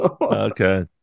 Okay